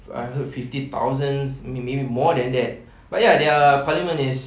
I heard fifty thousands maybe more than that but ya their parliament is